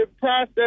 process